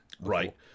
Right